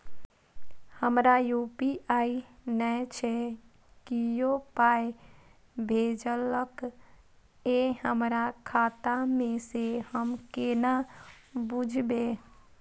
हमरा यू.पी.आई नय छै कियो पाय भेजलक यै हमरा खाता मे से हम केना बुझबै?